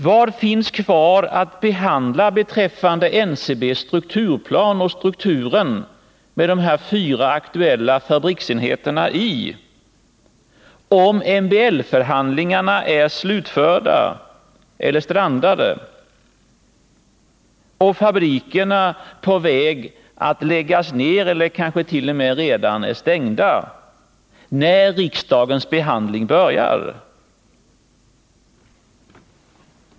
Vad finns kvar att behandla beträffande NCB:s struktur med de fyra aktuella fabriksenheterna, om MBL-förhandlingarna är slutförda eller strandade och fabrikerna på väg att läggas ner eller kanske t.o.m. redan är stängda, när riksdagens behandling börjar?